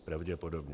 Pravděpodobně.